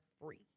free